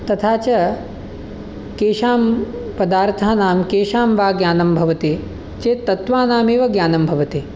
तथा च केषां पदार्थानां केषां वा ज्ञानं भवति चेत् तत्त्वानामेव ज्ञानं भवति